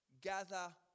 gather